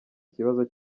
kibazo